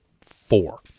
four